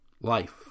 life